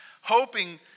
hoping